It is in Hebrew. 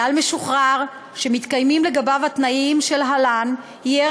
חייל משוחרר שמתקיימים לגביו התנאים שלהלן יהיה